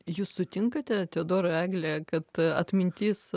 jūs sutinkate teodorai egle kad atmintis